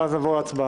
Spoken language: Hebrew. ואז נעבור להצבעה.